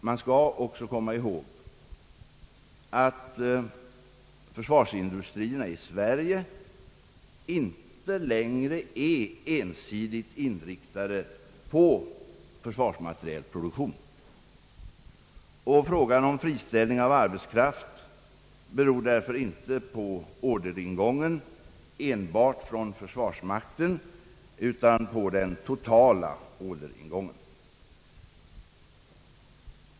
Man skall också komma ihåg att försvarsindustrierna i Sverige inte längre är ensidigt inriktade på försvarsmaterielproduktion. Frågan om friställningar av arbetskraft beror därför inte på orderingången enbart från försvarsmakten utan på den totala orderingången.